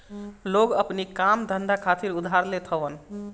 लोग अपनी काम धंधा खातिर उधार लेत हवन